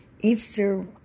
Easter